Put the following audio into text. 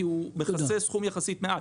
כי הוא מכסה סכום יחסית קטן,